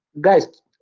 Guys